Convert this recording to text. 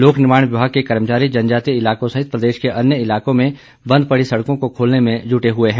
लोक निर्माण विभाग के कर्मचारी जनजातीय इलाकों सहित प्रदेश के अन्य इलाकों में बंद पड़ी सड़कों को खोलने में जुट हुए हैं